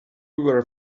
were